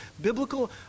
biblical